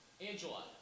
Angela